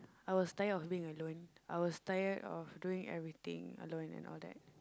I was tired of being alone I was tired of doing everything alone and all that